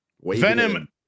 Venom